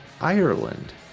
Ireland